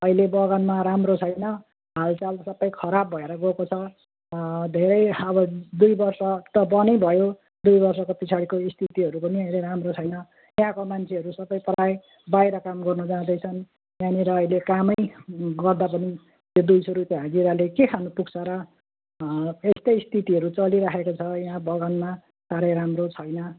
अहिले बगानमा राम्रो छैन हालचाल सबै खराब भएर गएको छ धेरै अब दुई वर्ष त बन्दै भयो दुई वर्षको पिछाडिको स्थितिहरू पनि अहिले राम्रो छैन त्यहाँको मान्छेहरू सबै प्रायः बाहिर काम गर्नु जाँदैछन् यहाँनिर अहिले कामै गर्दा पनि त्यो दुई सय रुपियाँ हाजिराले के खानुपुग्छ र यस्तै स्थितिहरू चलिराखेको छ यहाँ बगानमा साह्रै राम्रो छैन